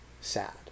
sad